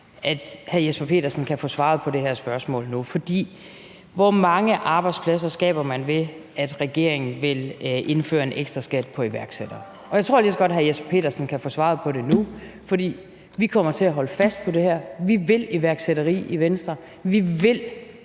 hr. Jesper Petersen lige så godt kan få svaret på det her spørgsmål nu: Hvor mange arbejdspladser skaber man ved, at regeringen vil indføre en ekstra skat på iværksættere? Og jeg tror som sagt lige så godt, hr. Jesper Petersen kan få svaret på det nu, for vi kommer til at holde fast i det her. Vi vil iværksætteri i Venstre, vi vil